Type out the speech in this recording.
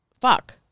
fuck